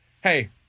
Hey